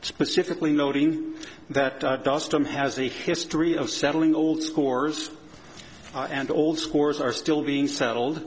specifically noting that time has a history of settling old scores and old scores are still being settled